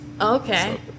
Okay